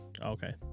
Okay